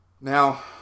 now